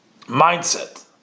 Mindset